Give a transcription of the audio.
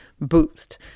boost